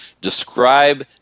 describe